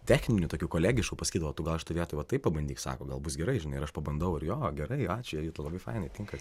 techninių tokių kolegiškų pasakydavo tu gal šitoj vietoj va taip pabandyk sako galbūt bus gerai žinai ir aš pabandau ir jo gerai ačiū jovita labai fainai tinka